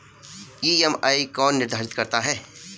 EMI कौन निर्धारित करता है?